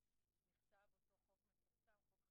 הצעה שהובאה על-ידי חברת הכנסת שולי